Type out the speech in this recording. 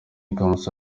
kamoso